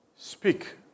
Speak